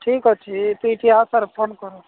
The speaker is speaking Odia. ଠିକ୍ ଅଛି ତୁ ଏଇଠି ଆସ ଆର୍ ଫୋନ୍ କର